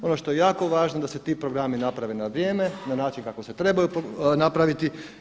Ono što je jako važno da se ti programi naprave na vrijeme, na način kako se trebaju napraviti.